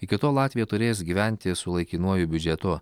iki to latvija turės gyventi su laikinuoju biudžetu